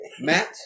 Matt